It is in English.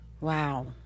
Wow